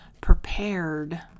prepared